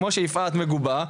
כמו שיפעת מגובה,